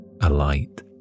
alight